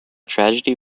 tragedy